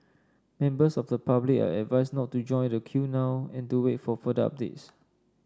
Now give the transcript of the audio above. members of the public are advised not to join the queue now and to wait for further updates